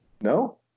No